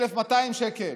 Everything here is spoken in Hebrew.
1,200 שקל,